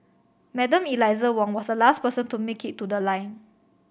Madam Eliza Wong was the last person to make it to the line